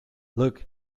look